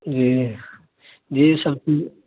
جی جی سب